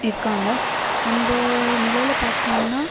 இருக்காங்க அந்த நிலையில் பார்த்தோம்னா